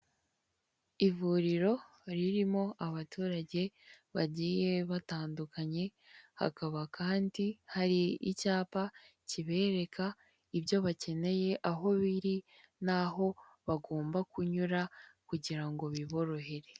Ivuriro ririmo abaturage bagiye batandukanye hakaba kandi hari icyapa kibereka ibyo bakeneye aho biri n'aho bagomba kunyura kugira ngo biborohere.